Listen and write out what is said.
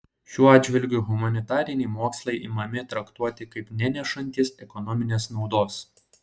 šiuo atžvilgiu humanitariniai mokslai imami traktuoti kaip nenešantys ekonominės naudos